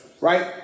right